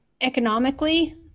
economically